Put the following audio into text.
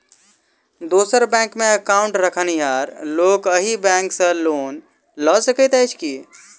दोसर बैंकमे एकाउन्ट रखनिहार लोक अहि बैंक सँ लोन लऽ सकैत अछि की?